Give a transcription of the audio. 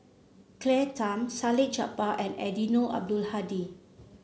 Claire Tham Salleh Japar and Eddino Abdul Hadi